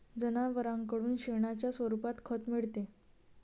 जनावरांकडून शेणाच्या स्वरूपात खत मिळते